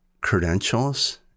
credentials